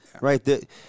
right